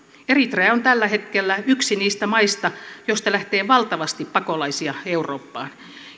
eritrea on tällä hetkellä yksi niistä maista joista lähtee valtavasti pakolaisia eurooppaan